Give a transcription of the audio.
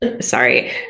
Sorry